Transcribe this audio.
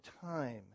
time